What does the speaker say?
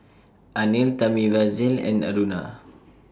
Anil Thamizhavel and Aruna